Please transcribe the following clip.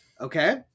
Okay